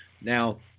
Now